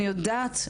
אני יודעת,